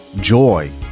joy